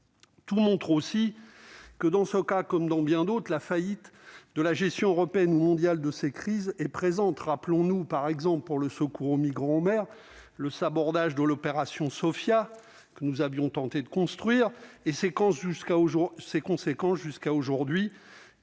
tout montre aussi que, dans ce cas comme dans bien d'autres, la faillite de la gestion européenne ou mondiale de ces crises et présente, rappelons-nous, par exemple pour le secours aux migrants en mer le sabordage de l'opération Sophia que nous avions tenté de construire et séquences jusqu'à aujourd'hui,